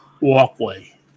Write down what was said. walkway